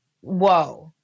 whoa